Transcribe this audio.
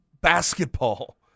basketball